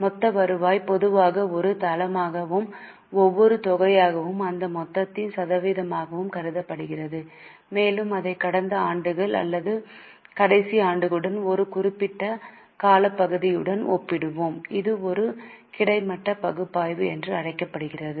மொத்த வருவாய் பொதுவாக ஒரு தளமாகவும் ஒவ்வொரு தொகையாகவும் அந்த மொத்தத்தின் சதவீதமாகக் கருதப்படுகிறது மேலும் அதை கடந்த ஆண்டு அல்லது கடைசி ஆண்டுடன் ஒரு குறிப்பிட்ட காலப்பகுதியுடன் ஒப்பிடுவோம் இது ஒரு கிடைமட்ட பகுப்பாய்வு என்று அழைக்கப்படுகிறது